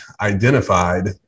identified